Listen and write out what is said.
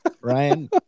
Ryan